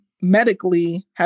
medically